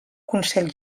consell